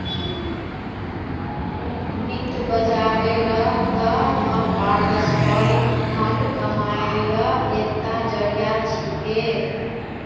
वित्त बाजारेर त न पारस्परिक फंड कमाईर एकता जरिया छिके